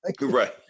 Right